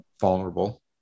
vulnerable